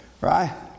right